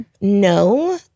No